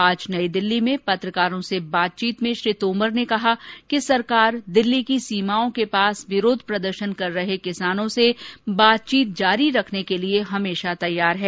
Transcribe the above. आज नई दिल्ली में पत्रकारों से बातचीत में श्री तोमर ने कहा कि सरकार दिल्ली की सीमाओं के पास विरोध प्रदर्शन कर रहे किसानों से बातचीत जारी रखने के लिए हमेशा तैयार है